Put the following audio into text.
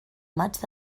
maig